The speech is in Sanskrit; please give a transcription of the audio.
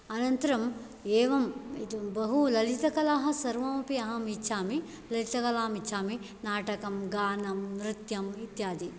अनन्तरम् एवं बहु ललितकलाः सर्वमपि अहम् इच्छामि ललितकलाम् इच्छामि नाटकं गानं नृत्यम् इत्यादि